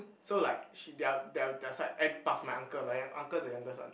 so like she their their their side and plus my uncle my young uncle is the youngest one